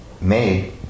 made